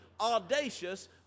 audacious